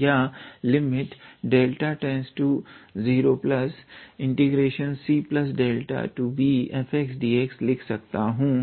या 0cδbfxdx लिख सकता हूं